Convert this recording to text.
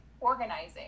organizing